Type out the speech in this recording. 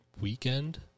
weekend